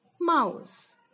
mouse